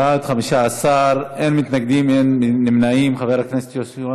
ההצעה להעביר את הצעת חוק הגנה על בריאות הציבור (מזון) (תיקון מס' 6)